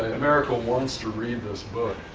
america wants to read this book.